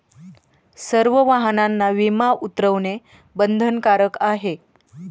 सर्व वाहनांचा विमा उतरवणे बंधनकारक आहे